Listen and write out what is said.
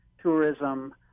tourism